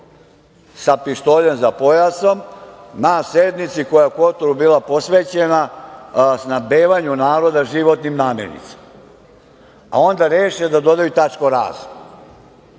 sa pištoljem za pojasem na sednici koja je u Kotoru bila posvećena snabdevanju naroda životnim namirnicama, a onda reše da dodaju tačku – Razno.